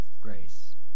grace